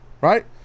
right